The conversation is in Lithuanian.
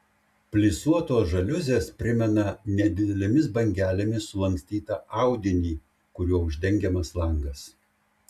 plisuotos žaliuzės primena nedidelėmis bangelėmis sulankstytą audinį kuriuo uždengiamas langas